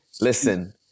Listen